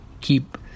keep